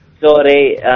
sorry